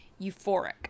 euphoric